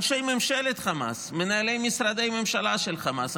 אנשי ממשלת חמאס, מנהלי משרדי ממשלה של חמאס.